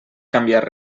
canviar